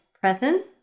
present